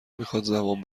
میخواد، زمان